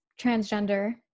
transgender